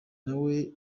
nawe